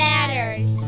Matters